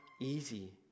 easy